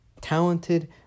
talented